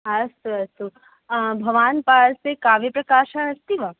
अस्तु अस्तु भवान् पार्श्वे काव्यप्रकाशः अस्ति वा